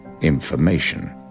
information